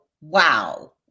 wow